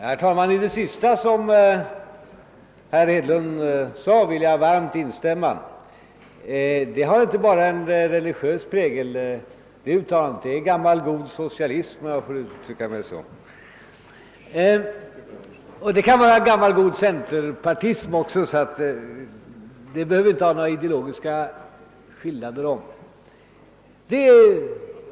Herr talman! I det sista som herr Hedlund sade vill jag varmt instämma. Det uttalandet har inte bara en religiös prägel, det är gammal god socialism, om jag får uttrycka mig så, och det kan vara gammal god centerpartism, så det behöver inte innebära någon ideologisk skillnad.